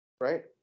Right